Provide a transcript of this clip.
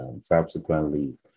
subsequently